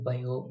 Bio